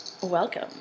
Welcome